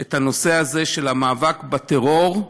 את הנושא הזה של המאבק בטרור.